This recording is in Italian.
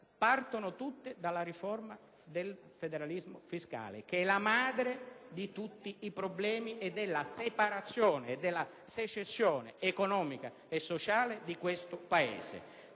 partono tutte dalla riforma del federalismo fiscale, che è la madre di tutti i problemi e della secessione economica e sociale di questo Paese.